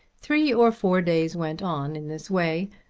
three or four days went on in this way,